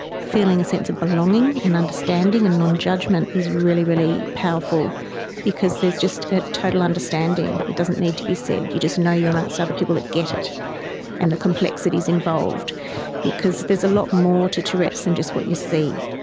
feeling a sense of belonging and understanding and non-judgement is really, really powerful because there's just a total understanding, it doesn't need to be said, you just know you are amongst other people that get it and the complexities involved because there's a lot more to tourette's than just what you see.